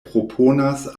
proponas